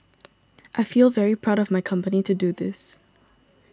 I feel very proud of my company to do this